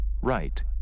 Right